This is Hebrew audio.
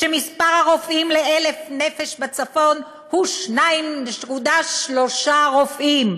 שמספר הרופאים ל-1,000 נפש בצפון הוא 2.3 רופאים,